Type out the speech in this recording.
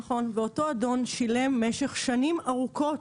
נכון, ואותו אדון שילם במשך שנים ארוכות,